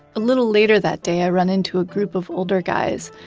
a little later that day, i run into a group of older guys.